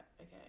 okay